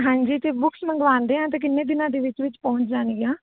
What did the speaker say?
ਹਾਂਜੀ ਅਤੇ ਬੁੱਕਸ ਮੰਗਵਾਉਂਦੇ ਆ ਤਾਂ ਕਿੰਨੇ ਦਿਨਾਂ ਦੇ ਵਿੱਚ ਵਿੱਚ ਪਹੁੰਚ ਜਾਣਗੀਆਂ